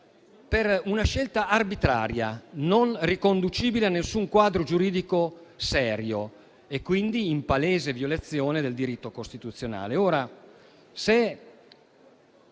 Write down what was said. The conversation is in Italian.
per una scelta arbitraria, non riconducibile a nessun quadro giuridico serio e quindi in palese violazione del diritto costituzionale.